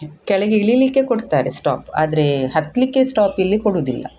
ಕೆಳಗೆ ಇಳೀಲಿಕ್ಕೆ ಕೊಡ್ತಾರೆ ಸ್ಟಾಪ್ ಆದರೆ ಹತ್ತಲಿಕ್ಕೆ ಸ್ಟಾಪ್ ಇಲ್ಲಿ ಕೊಡುವುದಿಲ್ಲ